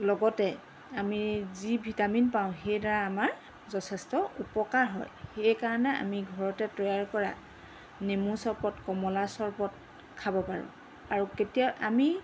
লগতে আমি যি ভিটামিন পাওঁ সেই দ্বাৰা আমাৰ যথেষ্ট উপকাৰ হয় সেইকাৰণে আমি ঘৰতে তৈয়াৰ কৰা নেমু চৰপত কমলা চৰপত খাব পাৰো আৰু কেতিয়াও আমি